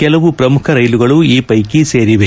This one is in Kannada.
ಕೆಲವು ಪ್ರಮುಖ ರೈಲುಗಳು ಈ ಪೈಕಿ ಸೇರಿವೆ